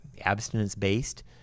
abstinence-based